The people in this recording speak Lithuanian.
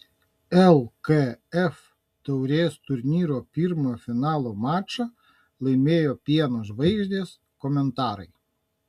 lkf taurės turnyro pirmą finalo mačą laimėjo pieno žvaigždės komentarai